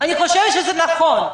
אני חושבת שזה נכון.